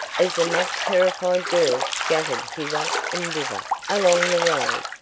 as the much-terrified girls scattered hither and thither, along the road,